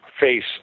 face